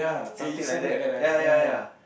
something like that ya ya ya